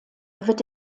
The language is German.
wird